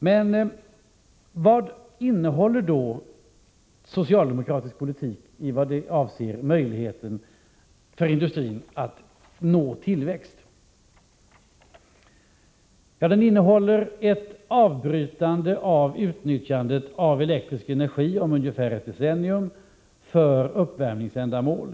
Men vad innehåller då socialdemokratisk politik i fråga om möjligheten för industrin att nå tillväxt? Den innehåller ett avbrytande om ungefär ett decennium av utnyttjandet av elektrisk energi för uppvärmningsändamål.